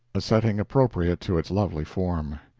a setting appropriate to its lovely form.